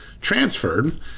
transferred